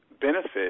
benefit